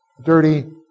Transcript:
dirty